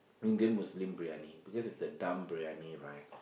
Indian Muslim briyani because its a dum briyani right